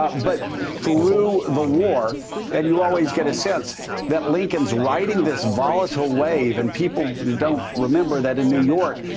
ah but through the war and you always get a sense that lincoln's writing this volatile wave and people don't realize that in new york,